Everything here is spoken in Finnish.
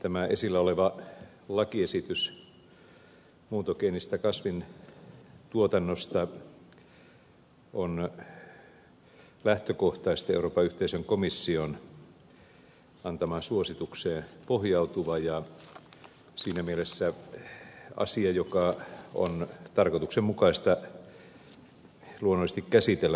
tämä esillä oleva lakiesitys muuntogeenisestä kasvintuotannosta on lähtökohtaisesti euroopan yhteisön komission antamaan suositukseen pohjautuva ja siinä mielessä asia joka on tarkoituksenmukaista luonnollisesti käsitellä meillä myös suomessa